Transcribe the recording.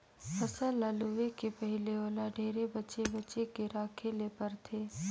फसल ल लूए के पहिले ओला ढेरे बचे बचे के राखे ले परथे